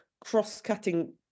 cross-cutting